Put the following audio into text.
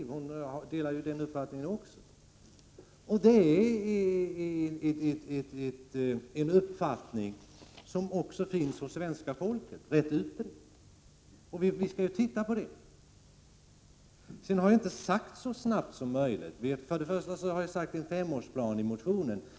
Även hon delar den uppfattningen. Det är också en uppfattning som är ganska utbredd hos svenska folket. Vi skall titta på detta. Jag har inte sagt ”så snabbt som möjligt”. I motionen har jag nämnt en femårsplan.